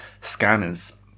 scanners